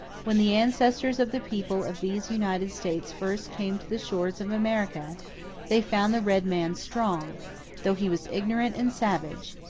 when the ancestors of the people of these united states first came to the shores of america they found the red man strong though he was ignorant and savage,